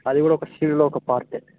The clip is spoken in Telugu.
అది కూడా ఒక సీడ్లో ఒక పార్ట్